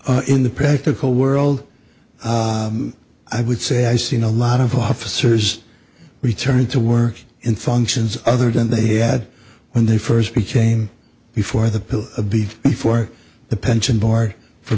in in the practical world i would say i seen a lot of officers returning to work in functions other than they had when they first became before the pull of the for the pension board for